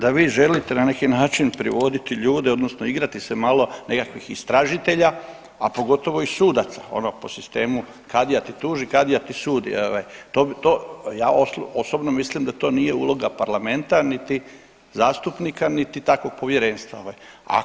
da vi želite na neki način privoditi ljude odnosno igrati se malo nekakvih istražitelja, a pogotovo i sudaca ono po sistemu kadija te tuži, kadija ti sudi ovaj to, to, ja osobno mislim da to nije uloga parlamenta, niti zastupnika, niti takvog povjerenstva ovaj.